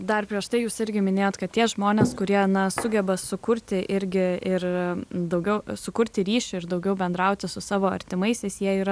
dar prieš tai jūs irgi minėjot kad tie žmonės kurie na sugeba sukurti irgi ir daugiau sukurti ryšio ir daugiau bendrauti su savo artimaisiais jie yra